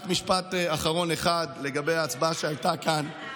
רק משפט אחרון אחד, לגבי ההצבעה שהייתה כאן,